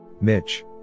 Mitch